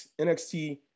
NXT